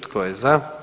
Tko je za?